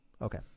Okay